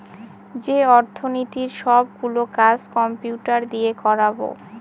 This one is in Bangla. যে অর্থনীতির সব গুলো কাজ কম্পিউটার দিয়ে করাবো